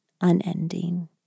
unending